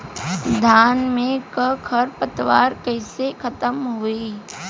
धान में क खर पतवार कईसे खत्म होई?